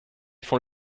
font